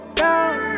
down